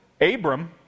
Abram